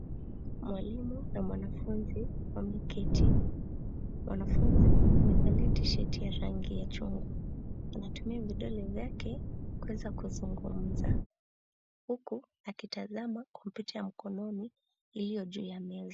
Mwalimu na mwanafunzi, wameketi. Mwanafunzi amevalia tishati ya rangi ya chungwa. Anatumia vidole vyake kuweza kuzungumza, huku akitazama kompyuta ya mkononi iliyo juu ya meza.